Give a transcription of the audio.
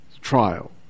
Trial